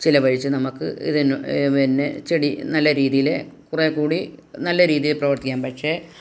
ചിലവഴിച്ച് നമുക്ക് ഇതിന് പിന്നെ ചെടി നല്ല രീതിയിൽ കുറേക്കൂടി നല്ല രീതിയിൽ പ്രവർത്തിക്കാം പക്ഷേ